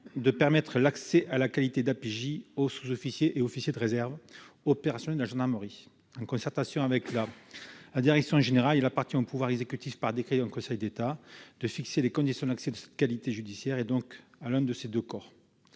qui permet l'accès à la qualité d'APJ aux sous-officiers et officiers de la réserve opérationnelle de la gendarmerie. En concertation avec la direction générale de la gendarmerie nationale, il appartiendra au pouvoir exécutif, par décret en Conseil d'État, de fixer les conditions d'accès à cette qualité judiciaire, et donc à l'un de ces deux corps.